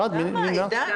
עידן.